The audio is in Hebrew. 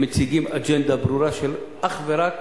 הם מציגים אג'נדה ברורה של אך ורק